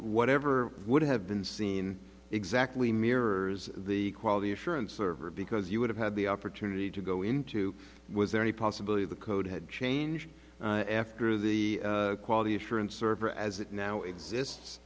whatever would have been seen exactly mirrors the quality assurance server because you would have had the opportunity to go into was there any possibility the code had changed after the quality assurance server as it now exists